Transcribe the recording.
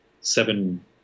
seven